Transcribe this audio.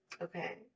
okay